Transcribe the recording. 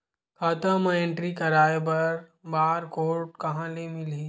खाता म एंट्री कराय बर बार कोड कहां ले मिलही?